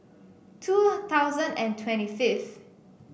two thousand and twenty fifth